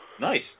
Nice